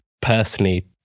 personally